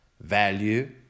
value